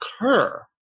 occur